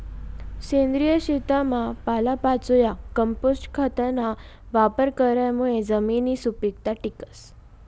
सेंद्रिय शेतीमा पालापाचोया, कंपोस्ट खतना वापर करामुये जमिननी सुपीकता टिकस